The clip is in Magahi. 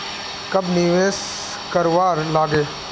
कब निवेश करवार लागे?